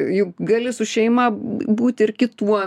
juk gali su šeima būt ir kituo